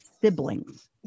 siblings